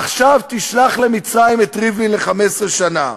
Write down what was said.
עכשיו תשלח למצרים את ריבלין ל-15 שנה.